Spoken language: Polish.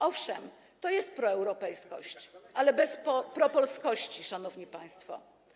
Owszem, to jest proeuropejskość, ale bez propolskości, szanowni państwo.